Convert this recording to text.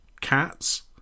cats